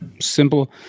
simple